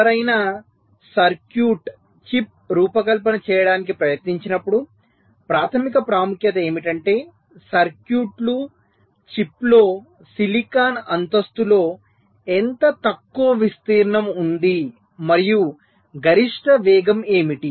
ఎవరైనా circuit chip రూపకల్పన చేయడానికి ప్రయత్నించినప్పుడు ప్రాధమిక ప్రాముఖ్యత ఏమిటంటే సర్క్యూట్లు చిప్లో సిలికాన్ అంతస్తులో ఎంత తక్కువ విస్తీర్ణం ఉంది మరియు గరిష్ట వేగం ఏమిటి